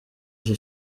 iki